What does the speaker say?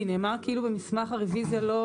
כי נאמר כאילו במסמך הרוויזיה זה לא